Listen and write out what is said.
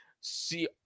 See